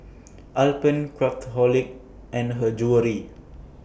Alpen Craftholic and Her Jewellery